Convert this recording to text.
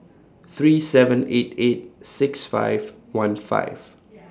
three seven eight eight six five one five